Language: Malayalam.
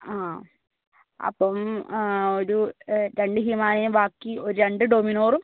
ആ അപ്പം ഒരു രണ്ട് ഹിമാലയൻ ബാക്കി ഒര് രണ്ട് ഡൊമിനോറും